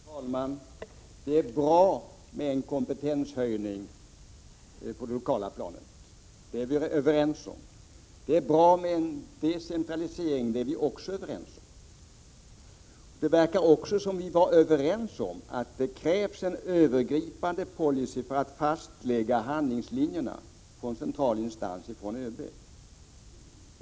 Herr talman! Det är bra med en kompetenshöjning på det lokala planet — detta är vi överens om. Det är bra med en decentralisering — detta är vi också överens om. Det verkar även som om vi var överens om att det krävs en övergripande policy för att fastlägga handlingslinjerna från central instans, ifrån ÖB.